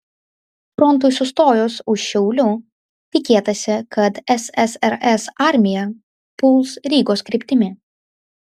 frontui sustojus už šiaulių tikėtasi kad ssrs armija puls rygos kryptimi